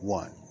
one